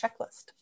checklist